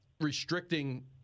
restricting